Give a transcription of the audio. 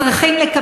חברת הכנסת גרמן.